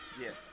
Yes